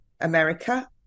America